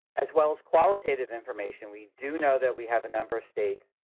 as well as qualitative information, we do know that we have a number of states